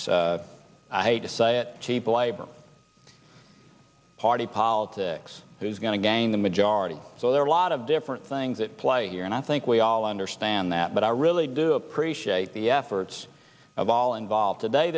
components i hate to say it cheap labor party politics who's going to gain the majority so there are a lot of different things at play here and i think we all understand that but i really do appreciate the efforts of all involved to day